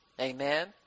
amen